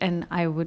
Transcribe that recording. and I would